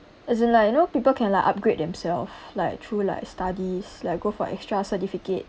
as in like you know people can like upgrade themself like through like studies like go for extra certificate